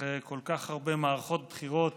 אחרי כל כך הרבה מערכות בחירות